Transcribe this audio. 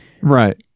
Right